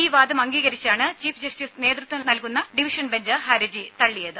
ഈ വാദം അംഗീകരിച്ചാണ് ചീഫ് ജസ്റ്റിസ് നേതൃത്വം നൽകുന്ന ഡിവിഷൻ ബെഞ്ച് ഹർജി തള്ളിയത്